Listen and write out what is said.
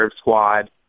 squad